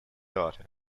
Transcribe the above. daughter